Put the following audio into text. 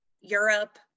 Europe